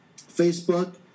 Facebook